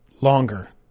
longer